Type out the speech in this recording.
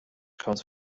comes